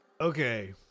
Okay